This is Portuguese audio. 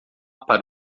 para